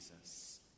Jesus